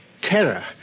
terror